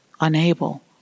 unable